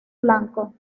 blanco